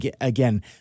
Again